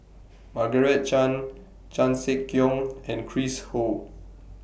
Margaret Chan Chan Sek Keong and Chris Ho